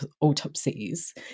autopsies